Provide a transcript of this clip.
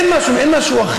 אין משהו אחיד.